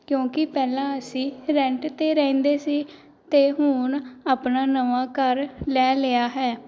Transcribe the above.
ਕਿਉਂਕਿ ਪਹਿਲਾਂ ਅਸੀਂ ਰੈਂਟ 'ਤੇ ਰਹਿੰਦੇ ਸੀ ਅਤੇ ਹੁਣ ਆਪਣਾ ਨਵਾਂ ਘਰ ਲੈ ਲਿਆ ਹੈ